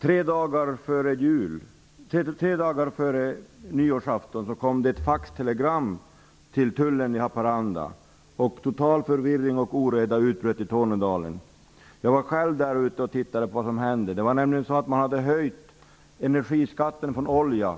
Tre dagar före nyårsafton kom det ett faxtelegram till Tullen i Haparanda. Total förvirring och oreda utbröt i Tornedalen. Jag var själv där och tittade på vad som hände. Det var nämligen så att man hade höjt energiskatten på olja.